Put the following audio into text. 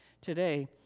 today